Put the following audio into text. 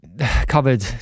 covered